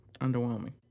underwhelming